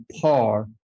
par